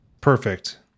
Perfect